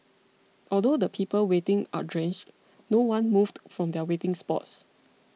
although the people waiting are drenched no one moved from their waiting spots